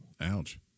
ouch